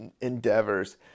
endeavors